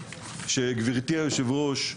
גברתי היושבת-ראש,